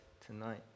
tonight